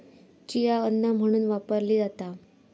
chia अन्न म्हणून वापरली जाता